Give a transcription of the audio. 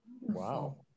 Wow